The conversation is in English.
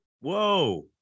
whoa